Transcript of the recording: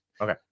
Okay